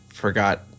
forgot